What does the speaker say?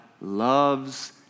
loves